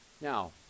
now